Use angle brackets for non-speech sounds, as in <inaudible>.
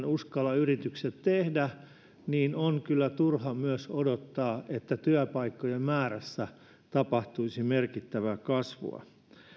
<unintelligible> uskalla tehdä investointeja tähän maahan niin on turha myöskään odottaa että työpaikkojen määrässä tapahtuisi merkittävää kasvua